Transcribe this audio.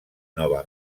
nova